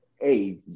hey